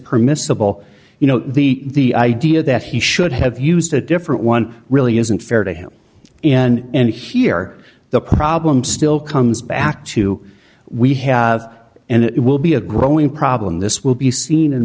permissible you know the idea that he should have you a different one really isn't fair to him and here the problem still comes back to we have and it will be a growing problem this will be seen in